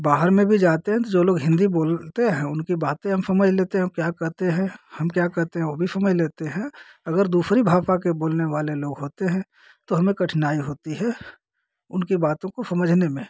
बाहर में भी जाते हैं तो जो लोग हिन्दी बोलते हैं उनकी बातें हम समझ लेते हैं वह क्या कहते हैं हम क्या कहते हैं वह भी समझ लेते हैं अगर दूसरी भाषा के बोलने वाले लोग होते हैं तो हमें कठिनाई होती है उनकी बातों को समझने में